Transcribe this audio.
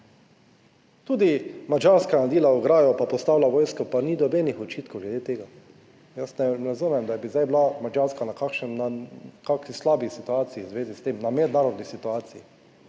Tudi Madžarska je naredila ograjo pa postavila vojsko pa ni nobenih očitkov, glede tega. Jaz ne razumem, da bi zdaj bila Madžarska v kakšni slabi situaciji v zvezi s tem, na mednarodni situaciji.